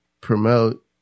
promote –